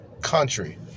country